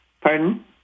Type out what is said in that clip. Pardon